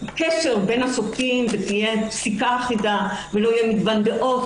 קשר בין השופטים ותהיה פסיקה אחידה ולא יהיה מגוון דעות,